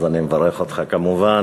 אז אני מברך אותך כמובן.